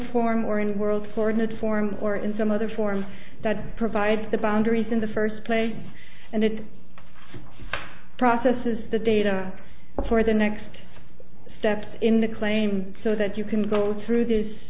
form or in the world forwarded form or in some other form that provides the boundaries in the first place and it processes the data for the next step in the claim so that you can go through this